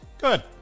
good